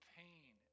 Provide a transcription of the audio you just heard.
pain